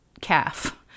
calf